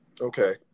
Okay